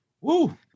Woo